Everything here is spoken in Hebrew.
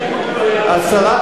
וציינתי,